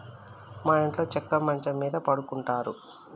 మా ఇంట్లో చెక్క మంచం మీద పడుకుంటారు